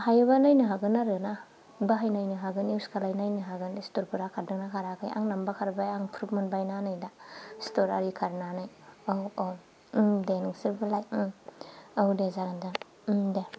हायोबा नायनो हागोन आरो ना बाहायनायनो हागोन इउस खालायनायनो हागोन सिथरफोरा खारदों ना खाराखै आंनाबा खारबाय आं फ्रुब मोनबाय ना नैदा सिथर आरि खारनानै औ औ दे नोंसोरबो लाय औ दे जागोन दे